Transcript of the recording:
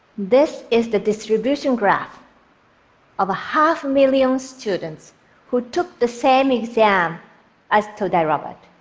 this is the distribution graph of half a million students who took the same exam as todai robot.